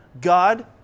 God